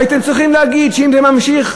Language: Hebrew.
הייתם צריכים להגיד שאם זה נמשך,